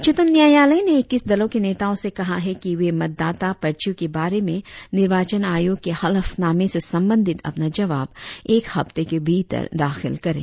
उच्चतम न्यायालय ने इक्कीस दलों के नेताओं से कहा है कि वे मतदाता पर्चियों के बारे में निर्वाचन आयोग के हलफनामें से संबंधित अपना जवाब एक हफ्ते के भीतर दाखिल करे